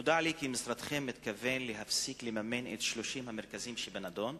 נודע לי כי משרדכם מתכוון להפסיק לממן את 30 המרכזים שבנדון,